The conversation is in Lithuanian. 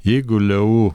jeigu leu